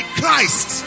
christ